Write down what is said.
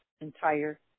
entire